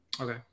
Okay